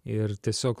ir tiesiog